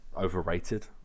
overrated